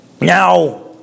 Now